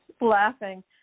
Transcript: laughing